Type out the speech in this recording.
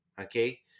okay